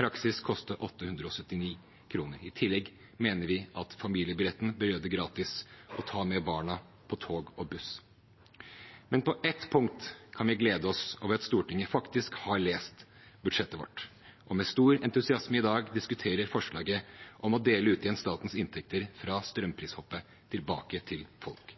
praksis koste 879 kr. I tillegg mener vi at familiebillettene bør gjøre det gratis å ta med barna på tog og buss. På ett punkt kan vi glede oss over at Stortinget faktisk har lest budsjettet vårt og med stor entusiasme i dag diskuterer forslaget om å dele ut igjen statens inntekter fra strømprishoppet tilbake til folk.